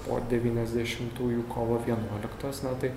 po devyniasdešimtųjų kovo vienuoliktosios tai